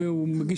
והוא מבקש